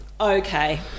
Okay